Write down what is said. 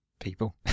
People